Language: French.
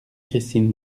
christine